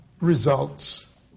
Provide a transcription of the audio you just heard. results